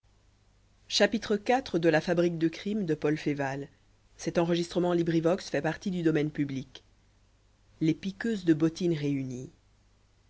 les piqueuses de bottines réunies